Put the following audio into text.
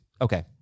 Okay